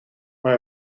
maar